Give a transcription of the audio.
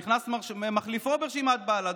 נכנס מחליפו ברשימת בל"ד,